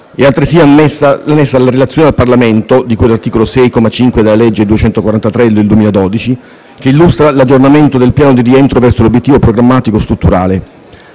È altresì annessa la Relazione al Parlamento (di cui all'articolo 6, comma 5, della legge n. 243 del 2012) che illustra l'aggiornamento del piano di rientro verso l'obiettivo programmatico strutturale.